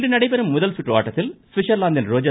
இன்று நடைபெறும் முதல் சுற்று ஆட்டத்தில் சுவிட்சர்லாந்தின் ரோஜர்